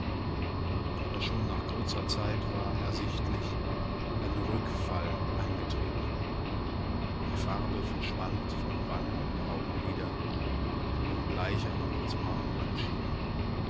aber schon nach kurzer zeit war ersichtlich ein rückfall eingetreten die farbe verschwand von wangen und augenlidern die nun bleicher noch als marmor erschienen